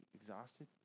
exhausted